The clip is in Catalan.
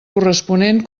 corresponent